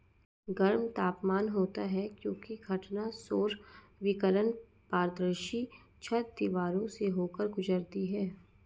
गर्म तापमान होता है क्योंकि घटना सौर विकिरण पारदर्शी छत, दीवारों से होकर गुजरती है